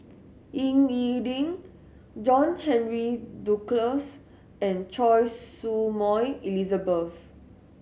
Ying E Ding John Henry Duclos and Choy Su Moi Elizabeth